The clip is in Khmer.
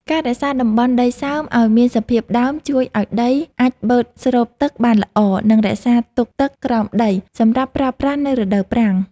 ការរក្សាតំបន់ដីសើមឱ្យមានសភាពដើមជួយឱ្យដីអាចបឺតស្រូបទឹកបានល្អ និងរក្សាទុកទឹកក្រោមដីសម្រាប់ប្រើប្រាស់នៅរដូវប្រាំង។